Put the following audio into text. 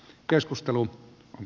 keskustelu on